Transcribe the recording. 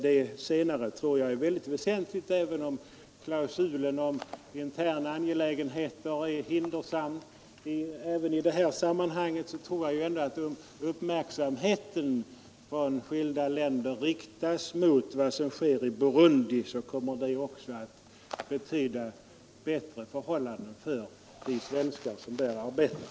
Jag tror att det senare är mycket väsentligt, även om klausulen om interna angelägenheter är hindrande. Även i det här sammanhanget tror jag att om uppmärksamheten från skilda länder riktas mot vad som sker i Burundi, kommer det att betyda bättre förhållanden för de svenskar som där arbetar.